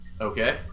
Okay